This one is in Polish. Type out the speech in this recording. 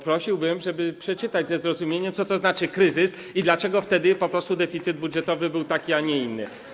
Prosiłbym, żeby przeczytać ze zrozumieniem, co to znaczy „kryzys”, i dowiedzieć się, dlaczego wtedy po prostu deficyt budżetowy był taki, a nie inny.